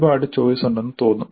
ഒരുപാട് ചോയ്സ് ഉണ്ടെന്ന് തോന്നും